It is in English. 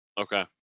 okay